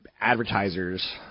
Advertisers